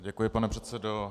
Děkuji, pane předsedo.